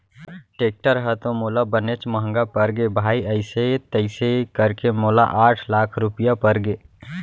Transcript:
tractor ह तो मोला बनेच महँगा परगे भाई अइसे तइसे करके मोला आठ लाख रूपया परगे